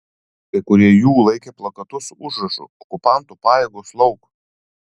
kai kurie jų laikė plakatus su užrašu okupantų pajėgos lauk